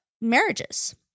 marriages